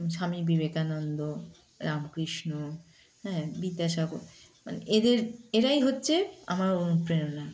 স্বামী বিবেকানন্দ রামকৃষ্ণ হ্যাঁ বিদ্যাসাগর মানে এদের এরাই হচ্ছে আমার অনুপ্রেরণা